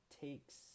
takes